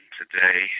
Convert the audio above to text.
today